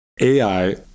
AI